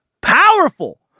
Powerful